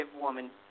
woman